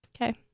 Okay